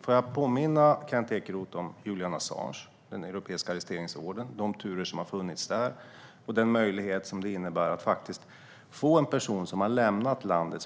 Får jag då påminna Kent Ekeroth om Julian Assange och turerna kring den europeiska arresteringsordern och den möjlighet som det innebär att få en person misstänkt för brott som har lämnat landet